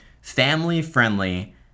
family-friendly